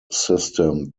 system